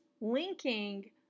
linking